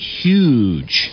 huge